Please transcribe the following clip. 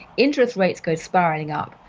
interest rates go spiraling up,